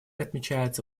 отмечается